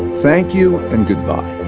thank you, and goodbye.